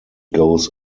goes